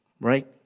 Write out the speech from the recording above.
right